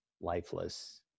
lifeless